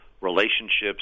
relationships